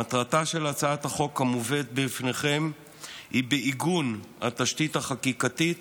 מטרתה של הצעת החוק המובאת בפניכם היא עיגון התשתית החקיקתית